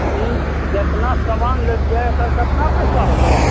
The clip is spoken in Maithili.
ई जतना समान लेलियै एकर कतना पैसा होलो